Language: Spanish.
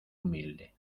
humilde